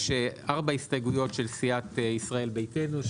יש ארבע הסתייגויות של סיעת ישראל ביתנו,